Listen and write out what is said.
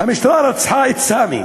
המשטרה רצחה את סאמי